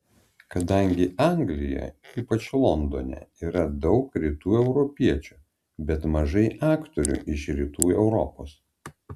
kadangi anglijoje ypač londone yra daug rytų europiečių bet mažai aktorių iš rytų europos